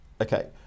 Okay